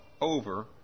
over